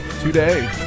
today